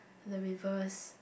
and the rivers